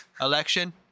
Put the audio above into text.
Election